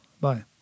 Bye